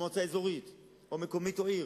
מועצה אזורית או מקומית או עיר